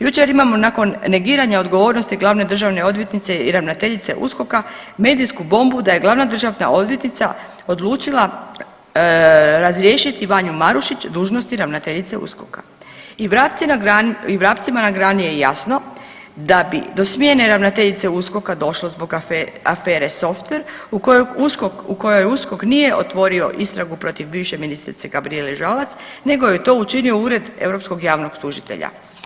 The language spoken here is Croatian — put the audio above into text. Jučer imamo nakon negiranja odgovornosti glavne državne odvjetnice i ravnateljice USKOK-a medijsku bombu da je glavna državna odvjetnica odlučila razriješiti Vanju Marušić dužnosti ravnateljice USKOK-a i vrapcima na grani je jasno da bi do smjene ravnateljice USKOK-a došlo zbog afere softver u kojoj USKOK, u kojoj USKOK nije otvorio istragu protiv bivše ministrice Gabrijele Žalac nego je to učinio Ured europskog javnog tužitelja.